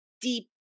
deep